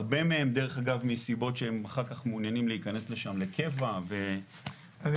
הרבה מהם בגלל שהם מעוניינים להיכנס שם לקבע --- אני